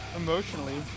emotionally